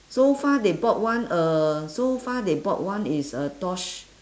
so far they bought one uh so far they bought one is a tosh